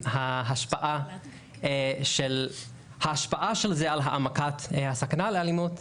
ההשפעה של זה על העמקת הסכנה לאלימות,